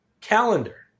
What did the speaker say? calendar